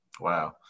Wow